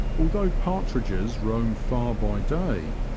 al though partridges roam far by day,